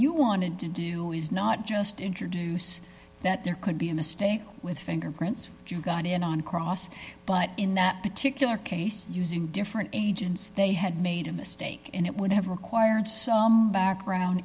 you wanted to do is not just introduce that there could be a mistake with fingerprints you got in on cross but in that particular case using different agents they had made a mistake and it would have required some background